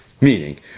Meaning